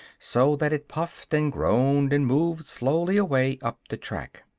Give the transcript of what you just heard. so that it puffed and groaned and moved slowly away up the track.